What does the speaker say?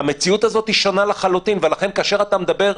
המציאות הזאת שונה לחלוטין ולכן כאשר אתה מדבר,